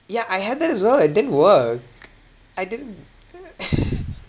yeah I had that as well it didn't work I didn't